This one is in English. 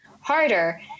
harder